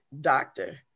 Doctor